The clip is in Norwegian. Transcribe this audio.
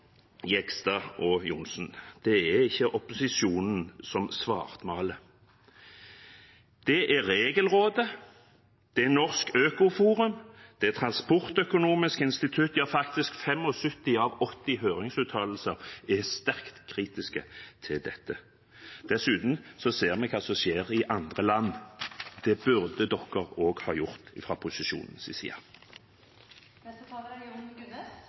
er ikke opposisjonen som svartmaler. Det er Regelrådet, det er Norsk Øko-Forum, det er Transportøkonomisk institutt, ja faktisk 75 av 80 høringsuttalelser er sterkt kritisk til det. Dessuten ser vi hva som skjer i andre land. Det burde man også gjort